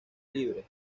libre